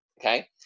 Okay